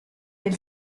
del